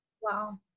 Wow